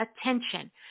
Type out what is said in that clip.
attention